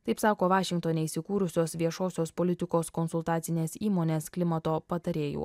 taip sako vašingtone įsikūrusios viešosios politikos konsultacinės įmonės klimato patarėjų